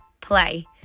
play